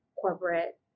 corporate